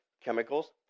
chemicals